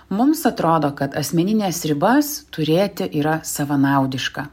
mums atrodo kad asmenines ribas turėti yra savanaudiška